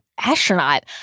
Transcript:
astronaut